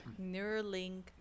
Neuralink